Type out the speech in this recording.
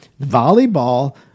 volleyball